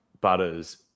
Butters